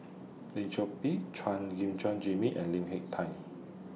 Lim Chor Pee Chuan Gim Chuan Jimmy and Lim Hak Tai